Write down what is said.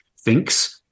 thinks